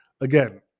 again